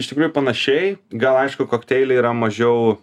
iš tikrųjų panašiai gal aišku kokteiliai yra mažiau